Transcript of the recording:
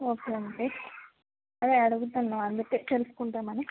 ఓకేనండి అదే అడుగుతున్న అందుకే తెలుసుకుందామని